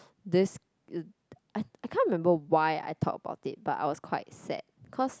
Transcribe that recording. this I I can't remember why I talk about it but I was quite sad cause